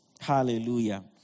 Hallelujah